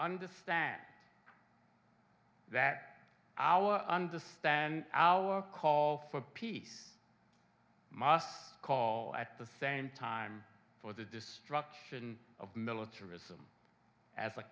understand that our understand our call for peace must call at the same time for the destruction of militarism as a